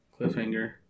cliffhanger